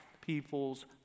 people's